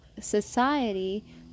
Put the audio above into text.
society